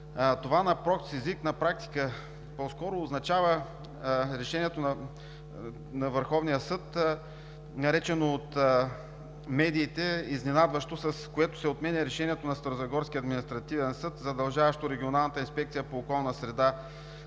хората. Това на практика означава решението на Върховния административен съд, наречено от медиите „изненадващо“, с което се отменя решението на Старозагорския административен съд, задължаващо Регионалната инспекция по околна среда